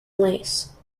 lace